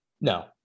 No